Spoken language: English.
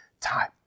time